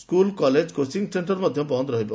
school college coaching centre ବନ୍ଦ ରହିବ